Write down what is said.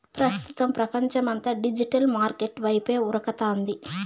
ప్రస్తుతం పపంచమంతా digital market వైపే ఉరకతాంది